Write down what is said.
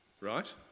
right